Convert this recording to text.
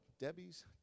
Debbie's